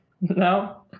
No